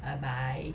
bye bye